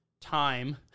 time